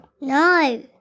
No